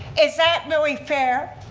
is that really fair?